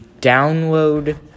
download